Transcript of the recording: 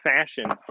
fashion